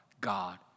God